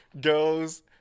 goes